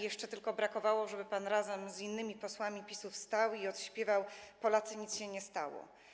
Jeszcze tylko brakowało, żeby pan razem z innymi posłami PiS-u wstał i odśpiewał: Polacy, nic się nie stało.